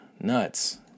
nuts